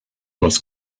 was